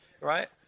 right